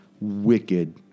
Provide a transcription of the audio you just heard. wicked